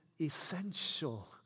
essential